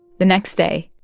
the next day,